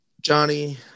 Johnny